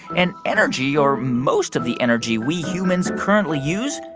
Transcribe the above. and energy, or most of the energy we humans currently use,